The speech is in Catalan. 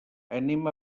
anem